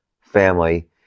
family